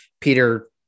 Peter